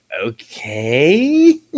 Okay